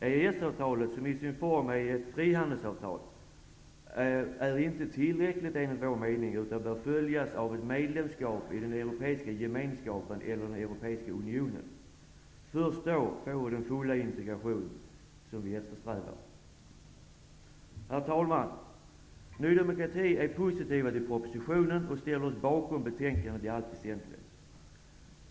EES-avtalet, som till sin form är ett frihandelsavtal, är enligt vår mening inte tillräckligt, utan bör följas av ett medlemskap i Europeiska gemenskapen eller Europeiska unionen. Först då får vi den fulla integration som vi eftersträvar. Herr talman! Vi i Ny demokrati är positiva till propositionen och ställer oss bakom betänkandet i allt väsentligt.